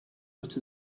but